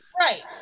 right